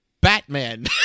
Batman